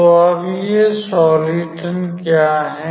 तो अब ये सोलिटोन क्या हैं